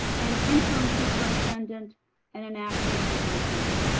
an interim superintendent and an acting superintendent?